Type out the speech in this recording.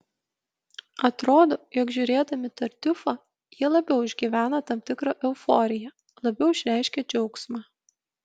atrodo jog žiūrėdami tartiufą jie labiau išgyvena tam tikrą euforiją labiau išreiškia džiaugsmą